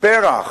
פרח